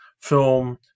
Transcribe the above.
film